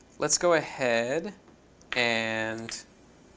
let's go ahead and